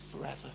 forever